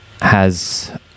has-